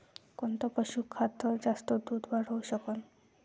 कोनचं पशुखाद्य जास्त दुध वाढवू शकन?